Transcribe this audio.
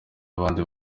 abandi